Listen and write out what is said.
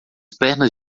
pernas